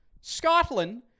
Scotland